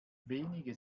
wenige